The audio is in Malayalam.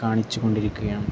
കാണിച്ചുകൊണ്ടിരിക്കുകയാണ്